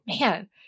man